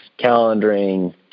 calendaring